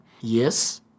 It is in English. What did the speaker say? yes